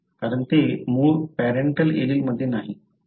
कारण ते मूळ पॅरेंटल एलील मध्ये नाही बरोबर